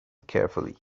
carefully